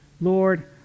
Lord